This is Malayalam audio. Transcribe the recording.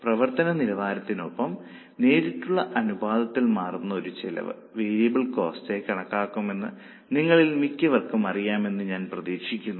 പ്രവർത്തന നിലവാരത്തിനൊപ്പം നേരിട്ടുള്ള അനുപാതത്തിൽ മാറുന്ന ഒരു ചെലവ് വേരിയബിൾ കോസ്റ്റായി കണക്കാക്കുമെന്ന് നിങ്ങളിൽ മിക്കവർക്കും അറിയാമെന്ന് ഞാൻ പ്രതീക്ഷിക്കുന്നു